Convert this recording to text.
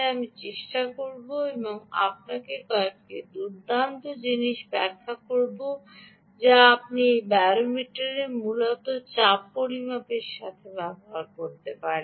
আমি চেষ্টা করব এবং আপনাকে কয়েকটি দুর্দান্ত জিনিসগুলি ব্যাখ্যা করব যা আপনি এই ব্যারোমিটারটি মূলত চাপ পরিমাপের সাথে করতে পারেন